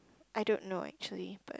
I don't know actually